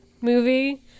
movie